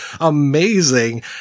amazing